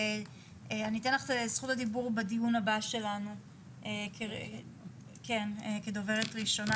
אני אתן לך את זכות הדיבור בדיון הבא שלנו כדוברת ראשונה,